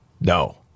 No